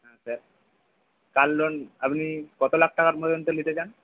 হ্যাঁ sir car loan আপনি কতো লাখ টাকার পর্যন্ত নিতে চান